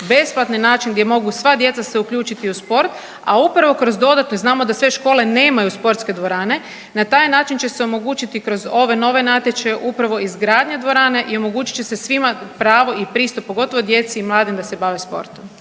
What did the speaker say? besplatni način gdje mogu sva djeca se uključiti u sport, a upravo kroz dodatno jer znamo da sve škole nemaju sportske dvorane, na taj način će se omogućiti kroz ove nove natječaje upravo izgradnja dvorane i omogućit će se svima pravo i pristup, pogotovo djeci i mladim da se bave sportom.